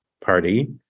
Party